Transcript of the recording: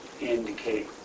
indicate